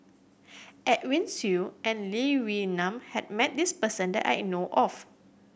Edwin Siew and Lee Wee Nam has met this person that I know of